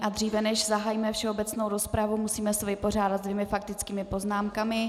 A dříve než zahájíme všeobecnou rozpravu, musíme se vypořádat se dvěma faktickými poznámkami.